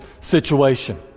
situation